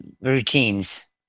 routines